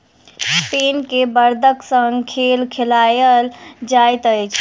Spain मे बड़दक संग खेल खेलायल जाइत अछि